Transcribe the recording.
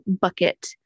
bucket